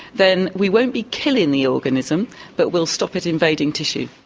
then we won't be killing the organism but we'll stop it invading tissue.